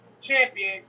champion